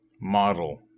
model